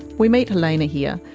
we meet helena here.